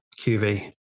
QV